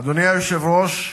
אדוני היושב-ראש,